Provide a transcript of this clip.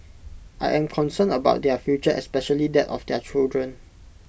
I am concerned about their future especially that of their children